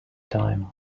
time